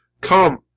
come